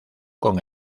con